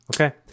Okay